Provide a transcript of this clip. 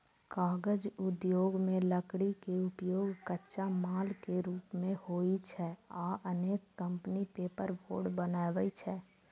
कागज उद्योग मे लकड़ी के उपयोग कच्चा माल के रूप मे होइ छै आ अनेक कंपनी पेपरबोर्ड बनबै छै